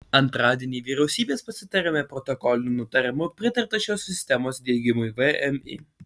antradienį vyriausybės pasitarime protokoliniu nutarimu pritarta šios sistemos diegimui vmi